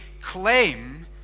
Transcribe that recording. claim